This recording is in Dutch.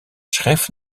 schreef